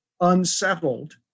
unsettled